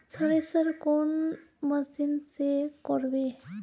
Thresher कौन machine से करबे?